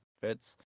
fits